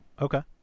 Okay